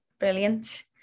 Brilliant